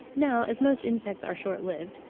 now as most insects are short-lived,